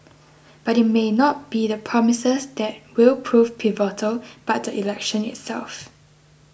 but it may not be the promises that will prove pivotal but the election itself